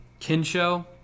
Kinsho